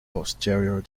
posterior